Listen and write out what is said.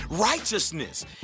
Righteousness